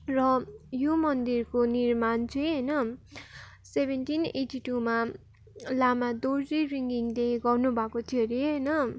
र यो मन्दिरको निर्माण चाहिँ होइन सेभेन्टिन एट्टी टूमा लामा दोर्जे रिङ्गिङले गर्नुभएको थियो अरे होइन